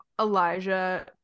elijah